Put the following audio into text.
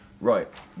right